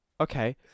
okay